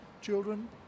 children